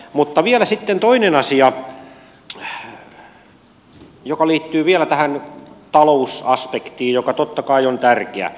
mutta vielä sitten toinen asia joka liittyy tähän talousaspektiin joka totta kai on tärkeä